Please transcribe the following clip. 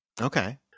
okay